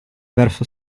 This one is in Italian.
verso